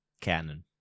canon